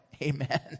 Amen